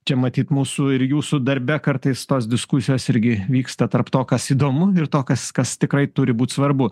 čia matyt mūsų ir jūsų darbe kartais tos diskusijos irgi vyksta tarp to kas įdomu ir to kas kas tikrai turi būt svarbu